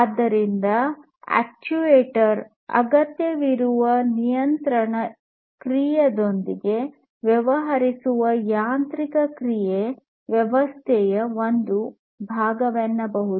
ಆದ್ದರಿಂದ ಅಕ್ಚುಯೇಟರ್ ಅಗತ್ಯವಿರುವ ನಿಯಂತ್ರಣ ಕ್ರಿಯೆಯೊಂದಿಗೆ ವ್ಯವಹರಿಸುವ ಯಾಂತ್ರಿಕ ಕ್ರಿಯೆ ವ್ಯವಸ್ಥೆಯ ಒಂದು ಭಾಗವೆನ್ನಬಹುದು